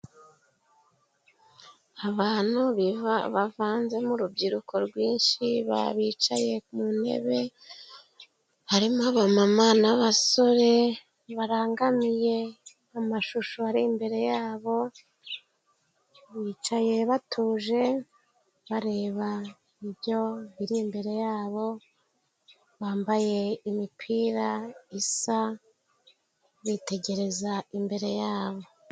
Abantu bavanzemo rubyiruko rwinshi bicaye ku ntebe harimo aba mama n'abasore barangamiye amashusho ari imbere yabo bicaye batuje bareba ibyo biri imbere yabo bambaye imipira isa bitegereza imbere yabo.